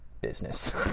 business